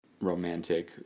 romantic